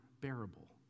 bearable